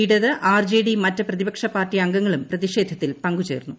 ഇടത് R J D മറ്റ് പ്രതിപക്ഷ പാർട്ടി അംഗങ്ങളും പ്രതിഷേധത്തിൽ പങ്കുചേർന്നു